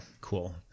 Cool